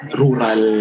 rural